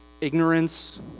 ignorance